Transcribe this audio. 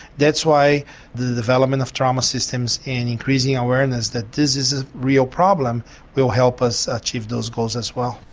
that's why the development of trauma systems and increasing awareness that this is a real problem will help us achieve those goals as well.